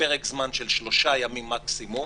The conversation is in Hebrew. בפרק זמן של שלושה ימים מקסימום,